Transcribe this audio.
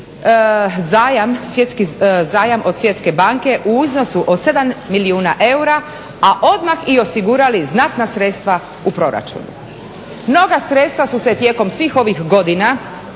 zajam od Svjetske banke u iznosu od 7 milijuna eura a odmah i osigurali znatna sredstva u proračunu. Mnoga sredstava su se tijekom svih ovih godina